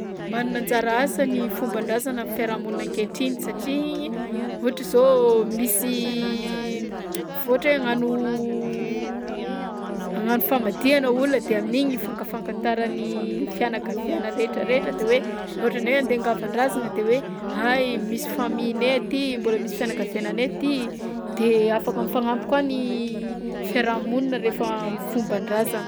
Manana anjara asa ny fomban-drazana amfiarahamonina ankehitriny satria ohatra zao misy f- ohatra hoe hagnano hagnano famadihana olona de amin'igny ifankafankataran'ny fianakaviàna rehetrarehetra de hoe raha ohatra ndray andeha hangavan-drazana de hoe ay! misy famillenay aty! Mbola misy fianakaviànanay aty! De afaka mifagnampy koa ny fiarahamonina rehefa am'fomban-drazana.